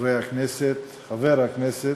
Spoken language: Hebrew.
חברי הכנסת, חבר הכנסת,